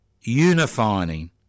unifying